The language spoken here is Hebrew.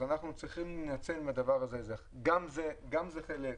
גם זה חלק מהעניין,